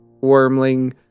wormling